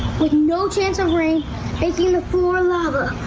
no chancery taking the floor lover.